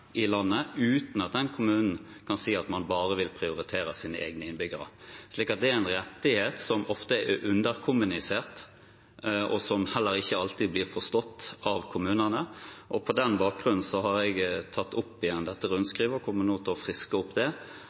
landet, uten at den kommunen kan si at man bare vil prioritere sine egne innbyggere. Det er en rettighet som ofte er underkommunisert, og som heller ikke alltid blir forstått av kommunene. På den bakgrunn har jeg tatt opp igjen dette rundskrivet og kommer nå til å friske det opp og sende det